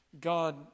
God